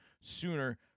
sooner